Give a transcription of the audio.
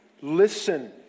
listen